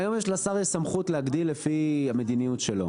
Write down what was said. היום יש לשר סמכות להגדיל לפי המדיניות שלו,